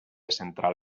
central